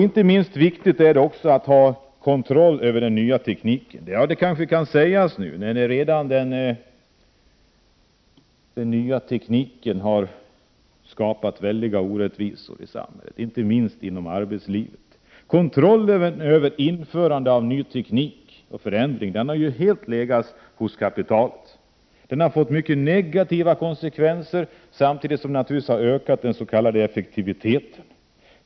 Inte minst viktigt är det också att ha kontroll över den nya tekniken. Det kanske kan sägas nu, när den nya tekniken redan har skapat väldiga orättvisor i samhället, inte minst inom arbetslivet. Kontrollen över införande av ny teknik och över förändringar har helt legat hos kapitalet. Den har fått mycket negativa konsekvenser, samtidigt som den naturligtvis har ökat den s.k. effektiviteten.